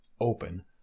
open